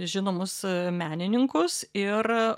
žinomus menininkus ir